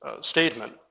statement